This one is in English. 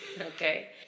okay